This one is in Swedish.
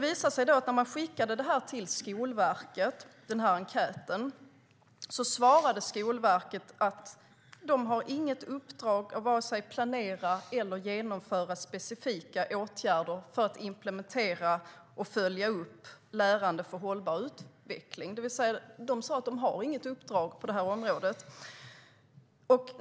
När man skickade den enkäten till Skolverket svarade Skolverket att de inte har något uppdrag att vare sig planera eller genomföra specifika åtgärder för att implementera och följa upp lärande för hållbar utveckling. De sade alltså att de inte har något uppdrag på det här området.